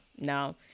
no